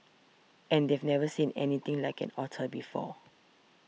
and they've never seen anything like an otter before